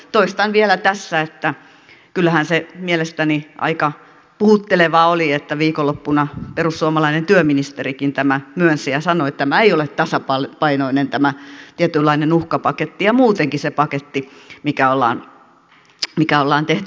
toistan vielä tässä että kyllähän se mielestäni aika puhuttelevaa oli että viikonloppuna perussuomalainen työministerikin tämän myönsi ja sanoi että tämä tietynlainen uhkapaketti ei ole tasapainoinen eikä muutenkaan se paketti mikä ollaan tehty